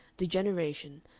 degeneration,